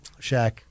Shaq